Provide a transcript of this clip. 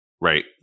right